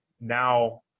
now